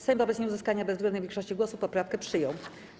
Sejm wobec nieuzyskania bezwzględnej większości głosów poprawkę przyjął.